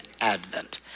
Advent